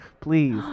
please